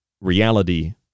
reality